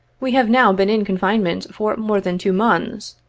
we have now been in coufincmeut for more than two months.